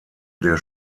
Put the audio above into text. der